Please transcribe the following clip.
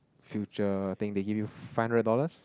future thing they give you five hundred dollars